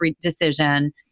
decision